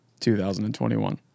2021